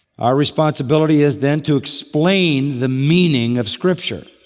our responsibility is then to explain the meaning of scripture.